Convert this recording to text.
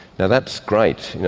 now that's great, yeah